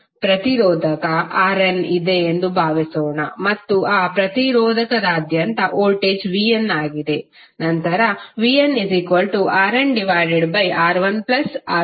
ಪ್ರತಿರೋಧಕ Rn ಇದೆ ಎಂದು ಭಾವಿಸೋಣ ಮತ್ತು ಆ ಪ್ರತಿರೋಧಕದಾದ್ಯಂತ ವೋಲ್ಟೇಜ್ vn ಆಗಿದೆ